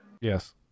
Yes